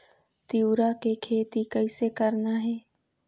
तिऊरा के खेती कइसे करना हे?